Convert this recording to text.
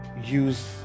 use